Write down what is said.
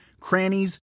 crannies